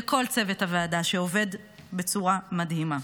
ולכל צוות הוועדה שעובד בצורה מדהימה.